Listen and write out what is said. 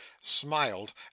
smiled